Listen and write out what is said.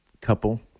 couple